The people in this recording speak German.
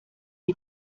die